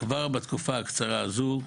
כבר בתקופה הקצרה הזו,